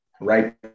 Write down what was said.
right